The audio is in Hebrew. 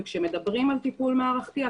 וכשמדברים על טיפול מערכתי,